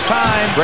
time